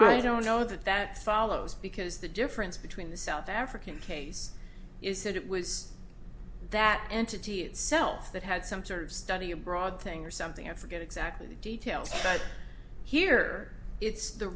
gray don't know that that follows because the difference between the south african case is that it was that entity itself that had some sort of study abroad thing or something and forget exactly the details but here it's the